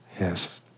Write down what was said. Yes